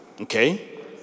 Okay